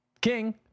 King